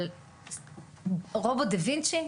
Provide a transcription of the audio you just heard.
אבל רובוט דה וינצ'י?